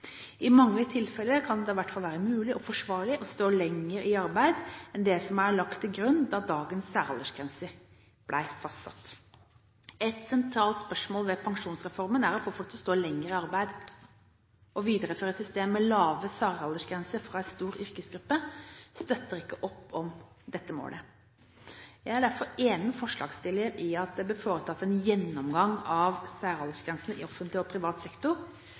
I mange tilfeller kan det i hvert fall være mulig og forsvarlig å stå lenger i arbeid enn det som er lagt til grunn da dagens særaldersgrenser ble fastsatt. Et sentralt spørsmål ved pensjonsreformen er å få folk til å stå lenger i arbeid. Å videreføre et system med lavere særaldersgrense for en stor yrkesgruppe støtter ikke opp om dette målet. Jeg er derfor enig med forslagsstiller i at det bør foretas en gjennomgang av særaldersgrensen i offentlig og privat sektor,